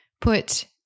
put